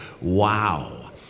Wow